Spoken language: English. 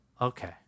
okay